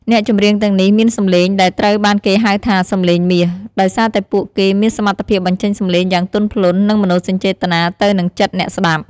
អ្នកចម្រៀងទាំងនេះមានសម្លេងដែលត្រូវបានគេហៅថា “សម្លេងមាស” ដោយសារតែពួកគេមានសមត្ថភាពបញ្ចេញសំឡេងយ៉ាងទន់ភ្លន់ និងមនោសញ្ចេតនាទៅនឹងចិត្តអ្នកស្ដាប់។